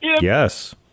Yes